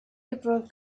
april